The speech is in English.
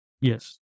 Yes